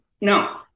no